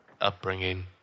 upbringing